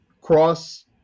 cross